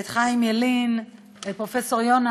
את חיים ילין, את פרופסור יונה.